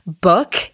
book